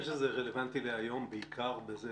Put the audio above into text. אני חושב שזה רלוונטי להיום בעיקר בזה